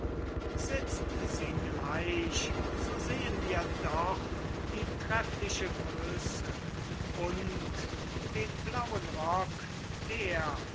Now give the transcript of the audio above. sitzt sie gleich so sehen wir doch die treffliche größe und den blauen rock der